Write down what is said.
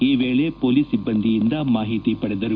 ಈ ವೇಳೆ ಪೊಲೀಸ್ ಸಿಬ್ಲಂದಿಯಿಂದ ಮಾಹಿತಿ ಪಡೆದರು